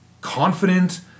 confident